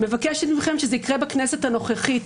מבקשת מכם שזה יקרה בכנסת הנוכחית.